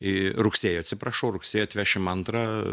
į rugsėjį atsiprašau rugsėjį atvešim antrą